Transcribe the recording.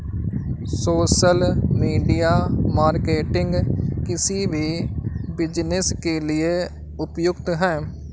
social media marketing किसी भी business के लिए उपयुक्त है